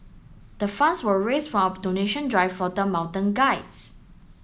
the funds were raised from a donation drive for the mountain guides